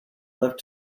left